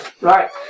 right